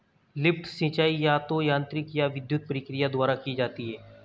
lift सिंचाई या तो यांत्रिक या विद्युत प्रक्रिया द्वारा की जाती है